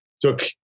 took